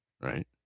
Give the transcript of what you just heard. right